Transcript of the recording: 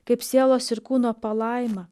kaip sielos ir kūno palaimą